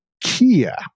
Kia